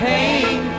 Pain